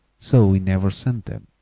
so we never sent them.